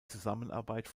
zusammenarbeit